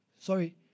sorry